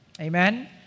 amen